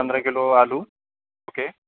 पंधरा किलो आलू ओके